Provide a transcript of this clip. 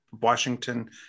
Washington